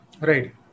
Right